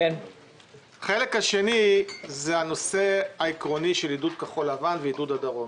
החלק השני הוא הנושא העקרוני של עידוד כחול-לבן ועידוד הדרום.